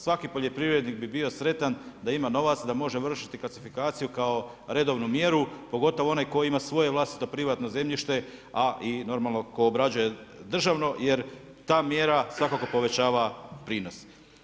Svaki poljoprivrednik bi bio sretan da ima novac, da može vršiti kalcifikaciju kao redovnu mjeru pogotovo onaj tko ima svoje vlastito privatno zemljište, a i normalno tko obrađuje državno jer ta mjera svakako povećava prinos.